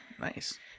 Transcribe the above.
Nice